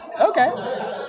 okay